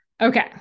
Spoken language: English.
Okay